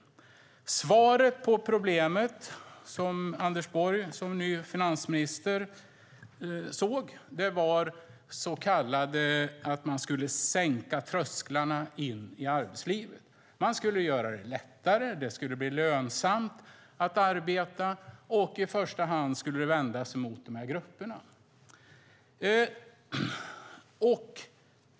Lösningen på problemet som Anders Borg såg som ny finansminister var att man skulle sänka trösklarna in i arbetslivet. Man skulle göra det lättare. Det skulle bli lönsamt att arbeta, och i första hand skulle det vända sig mot de här grupperna.